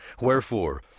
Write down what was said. Wherefore